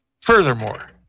furthermore